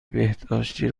بهداشتی